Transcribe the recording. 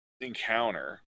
encounter